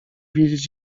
wiedzieć